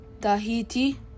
Tahiti